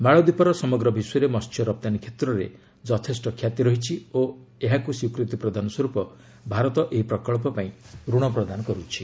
ମାଳଦ୍ୱୀପର ସମଗ୍ର ବିଶ୍ୱରେ ମସ୍ୟ ରପ୍ତାନୀ କ୍ଷେତ୍ରରେ ଯଥେଷ୍ଟ ଖ୍ୟାତି ରହିଛି ଓ ଏହାକୁ ସ୍ୱୀକୃତି ପ୍ରଦାନ ସ୍ୱର୍ପ ଭାରତ ଏହି ପ୍ରକଳ୍ପପାଇଁ ରଣ ପ୍ରଦାନ କରୁଛି